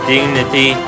Dignity